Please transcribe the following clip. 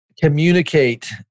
communicate